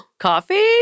Coffee